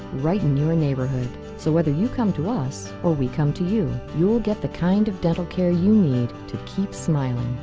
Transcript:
right in your neighborhood. so whether you come to us, or we come to you, you'll get the kind of dental care you need to keep smiling.